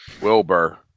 Wilbur